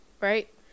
Right